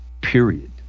period